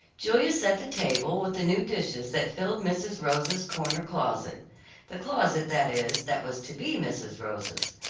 julia set the table with the new dishes that filled mrs. rosa's corner closet the closet, that is, that was to be mrs. rosa's.